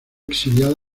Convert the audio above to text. exiliado